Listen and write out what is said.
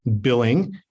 billing